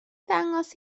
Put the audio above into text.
ddangos